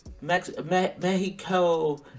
Mexico